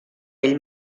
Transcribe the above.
ell